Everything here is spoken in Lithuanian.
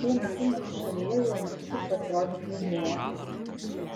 tuo metu mūsų šalyje jau netrukus pasirodys linea